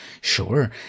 Sure